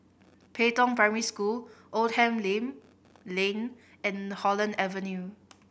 Pei Tong Primary School Oldham Lane Lane and Holland Avenue